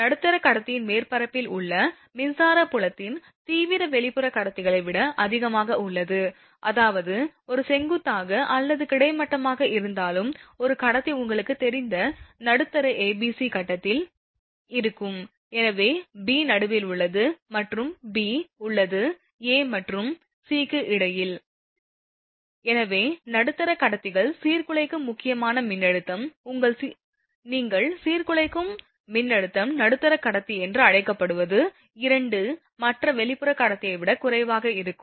நடுத்தர கடத்தியின் மேற்பரப்பில் உள்ள மின்சார புலத்தின் தீவிரம் வெளிப்புற கடத்திகளை விட அதிகமாக உள்ளது அதாவது அது செங்குத்தாக அல்லது கிடைமட்டமாக இருந்தாலும் 1 கடத்தி உங்களுக்குத் தெரிந்த நடுத்தர ஏபிசி கட்டத்தில் இருக்கும் எனவே பி நடுவில் உள்ளது மற்றும் பி உள்ளது A மற்றும் C க்கு இடையில் எனவே நடுத்தர கடத்தியின் சீர்குலைக்கும் முக்கியமான மின்னழுத்தம் உங்கள் நீங்கள் சீர்குலைக்கும் மின்னழுத்தம் நடுத்தர கடத்தி என்று அழைக்கப்படுவது 2 மற்ற வெளிப்புற கடத்தியை விட குறைவாக இருக்கும்